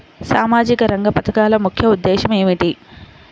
సామాజిక రంగ పథకాల ముఖ్య ఉద్దేశం ఏమిటీ?